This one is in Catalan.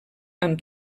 amb